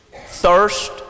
thirst